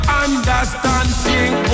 understanding